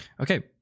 Okay